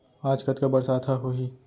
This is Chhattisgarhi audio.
आज कतका बरसात ह होही?